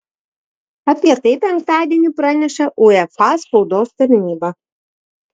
apie tai penktadienį praneša uefa spaudos tarnyba